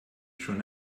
schon